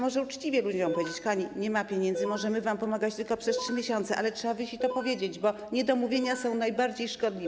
Może trzeba uczciwie ludziom powiedzieć: kochani, nie ma pieniędzy, możemy wam pomagać tylko przez 3 miesiące - ale trzeba wyjść i to powiedzieć, bo niedomówienia są najbardziej szkodliwe.